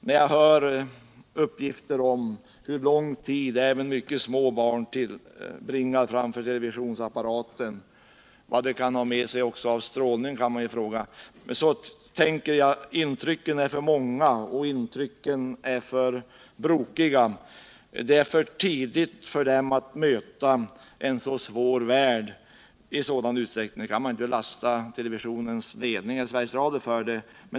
När jag hör uppgifter om hur lång tid även mycket små barn tillbringar framför televisionsapparater — med bl.a. risk för strålning — tänker jag på att intrycken är alltför många och alltför brokiga. Det är för tidigt för små barn att möta en svår värld i sådan utsträckning. Man kan naturligtvis inte lasta Sveriges Radios ledning för detta.